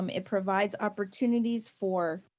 um it provides opportunities for